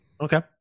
Okay